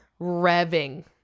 revving